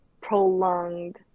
prolonged